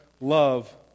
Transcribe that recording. love